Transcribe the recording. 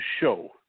show